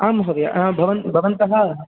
आं महोदय भवन् भवन्तः